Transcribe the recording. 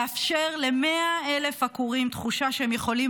לאפשר ל-100,000 עקורים תחושה שהם יכולים